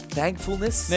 thankfulness